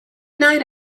night